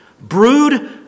Brood